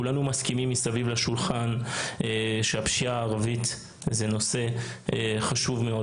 כולנו מסביב לשולחן מסכימים שהפשיעה הערבית זה נושא חשוב מאוד